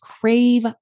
crave